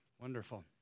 wonderful